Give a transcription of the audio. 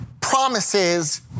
promises